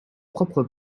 propre